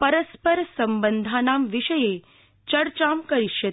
परस्पर संबंधानां विषये चर्चां करिष्यति